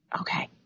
Okay